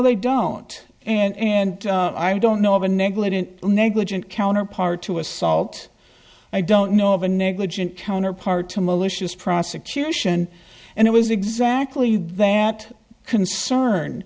they don't and i don't know of a negligent negligent counterpart to assault i don't know of a negligent counterpart to malicious prosecution and it was exactly that concern